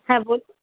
হ্যাঁ বলুন